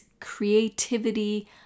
creativity